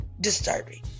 disturbing